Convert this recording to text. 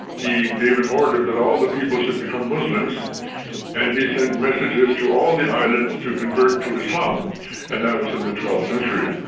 gave an order that all the people should become muslims and he sent messages to all the islands to convert to islam and that was in the twelfth century.